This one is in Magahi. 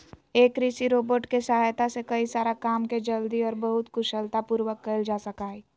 एक कृषि रोबोट के सहायता से कई सारा काम के जल्दी और बहुत कुशलता पूर्वक कइल जा सका हई